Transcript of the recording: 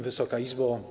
Wysoka Izbo!